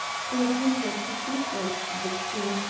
for the hundreds who should have graced this scene,